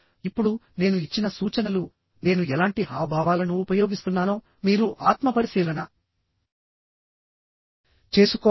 ఇప్పుడు నేను ఇచ్చిన సూచనలు నేను ఎలాంటి హావభావాలను ఉపయోగిస్తున్నానో మీరు ఆత్మపరిశీలన చేసుకోవాలి